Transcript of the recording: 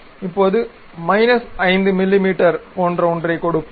இப்போது மைனஸ் 5 மிமீ போன்ற ஒன்றைக் கொடுப்போம்